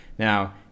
Now